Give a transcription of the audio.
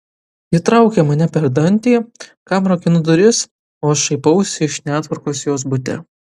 ji traukia mane per dantį kam rakinu duris o aš šaipausi iš netvarkos jos bute